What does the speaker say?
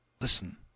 Listen